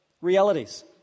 realities